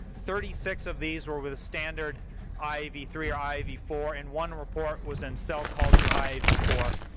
thirty six of these were with standard i v three or i v four and one report was in cell culture i v four.